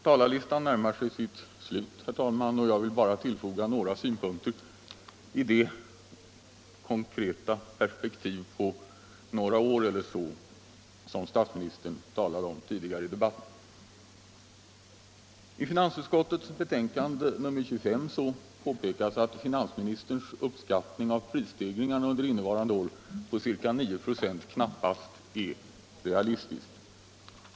Talarlistan närmar sig sitt slut, herr talman, och jag vill bara tillfoga några synpunkter i det konkreta perspektivet på några år eller så, som statsministern talade om tidigare i debatten. I finansutskottets betänkande nr 25 påpekas att finansministerns uppskattning av prisstegringarna under innevarande år på ca 9 96 knappast är realistiskt.